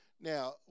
Now